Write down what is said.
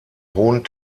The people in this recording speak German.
hohen